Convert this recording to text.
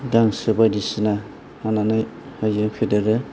गांसो बायदिसिना होनानै होयो फेदेरो